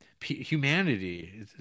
Humanity